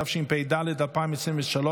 התשפ"ד 2023,